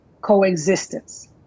coexistence